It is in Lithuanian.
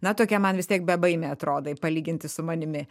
na tokia man vis tiek bebaimė atrodai palyginti su manimi